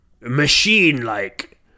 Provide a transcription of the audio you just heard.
machine-like